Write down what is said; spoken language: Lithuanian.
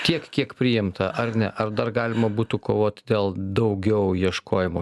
tiek kiek priimta ar ne ar dar galima būtų kovoti dėl daugiau ieškojimo